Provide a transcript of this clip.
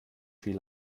viel